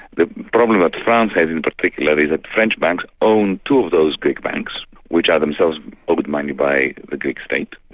the problem that france has in particular is that french banks own two of those greek banks which are themselves owed money by the greek state.